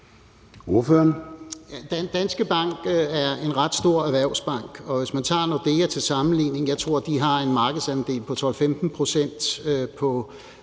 (LA): Danske Bank er en ret stor erhvervsbank. Hvis man tager Nordea til sammenligning, tror jeg, de har en markedsandel på 12-15 pct. på